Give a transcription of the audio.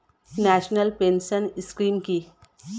National pension scheme কি?